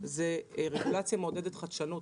ראשית זה רגולציה מעודדת חדשנות.